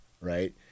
right